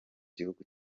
gihugu